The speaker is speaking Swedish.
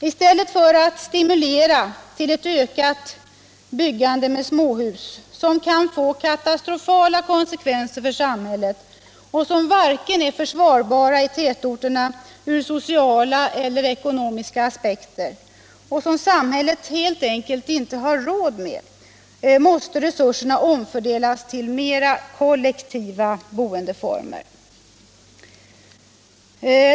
I stället för att stimulera till ett byggande med småhus, som kan få katastrofala konsekvenser för samhället och som inte är försvarbara i tätorterna ur sociala eller ekonomiska aspekter och som samhället helt enkelt inte har råd med, måste resurserna omfördelas till mer kollektiva boendeformer.